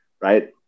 right